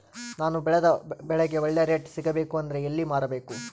ನಾನು ಬೆಳೆದ ಬೆಳೆಗೆ ಒಳ್ಳೆ ರೇಟ್ ಸಿಗಬೇಕು ಅಂದ್ರೆ ಎಲ್ಲಿ ಮಾರಬೇಕು?